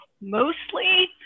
mostly